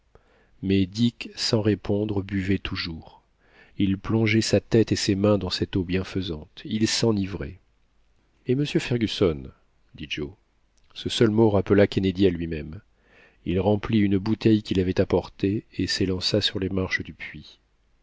dick sans répondre buvait toujours il plongeait sa tête et ses mains dans cette eau bienfaisante il s'enivrait et monsieur fergusson dit joe ce seul mot rappela kennedy à lui-même il remplit une bouteille qu'il avait apportée et s'élança sur les marches du puits